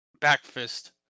Backfist